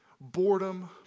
Boredom